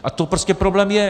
A to prostě problém je.